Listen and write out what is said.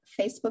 Facebook